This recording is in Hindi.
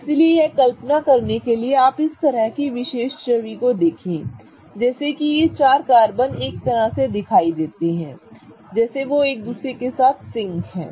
इसलिए यह कल्पना करने के लिए आप इस तरह की विशेष छवि को देखें जैसे कि ये चार कार्बन एक तरह के दिखाई देते हैं जैसे कि वे एक दूसरे के साथ सिंक होते हैं